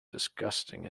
disgusting